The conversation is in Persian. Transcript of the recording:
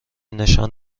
نشان